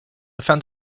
found